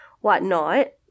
whatnot